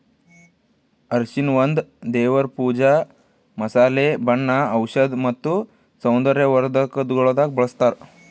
ಅರಿಶಿನ ಒಂದ್ ದೇವರ್ ಪೂಜಾ, ಮಸಾಲೆ, ಬಣ್ಣ, ಔಷಧ್ ಮತ್ತ ಸೌಂದರ್ಯ ವರ್ಧಕಗೊಳ್ದಾಗ್ ಬಳ್ಸತಾರ್